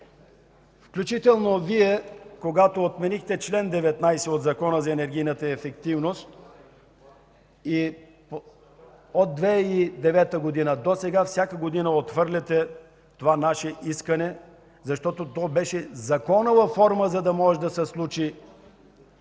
Действително Вие, когато отменихте чл. 19 от Закона за енергийната ефективност, и от 2009 г. досега всяка година отхвърляте това наше искане, защото то беше законова форма, за да може да се случи